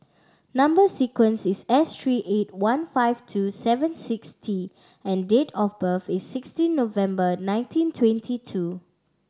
number sequence is S three eight one five two seven six T and date of birth is sixteen November nineteen twenty two